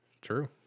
True